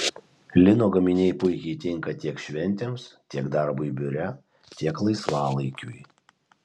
lino gaminiai puikiai tinka tiek šventėms tiek darbui biure tiek laisvalaikiui